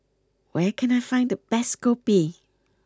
where can I find the best Kopi